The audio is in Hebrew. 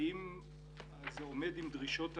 האם זה עומד עם דרישות הדין,